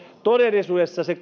todellisuudessa se